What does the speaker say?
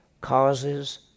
causes